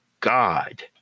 God